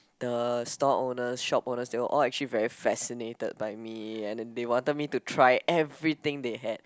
the store owners shop owners they were all actually very fascinated by me and then they wanted me to try everything they had